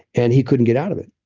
and he couldn't get out of it.